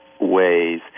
ways